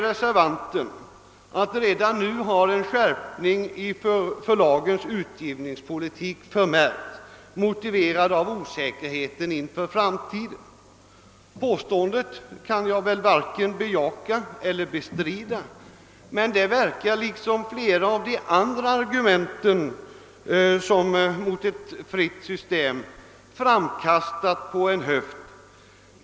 Reservanten skriver: »Redan nu har en skärpning i förlagens utgivningspolitik förmärkts, motiverad med osäkerheten inför framtiden.» Det påståendet kan jag varken bejaka eller bestrida, men det verkar, liksom flera av de andra argumenten mot ett fritt system, vara framkastat på en höft.